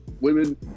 Women